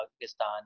Pakistan